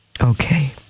Okay